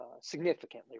significantly